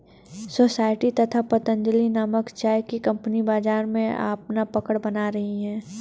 society तथा पतंजलि नामक चाय की कंपनियां बाजार में अपना पकड़ बना रही है